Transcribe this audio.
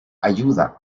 ayuda